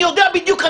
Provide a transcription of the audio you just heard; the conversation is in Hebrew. אני יודע בדיוק.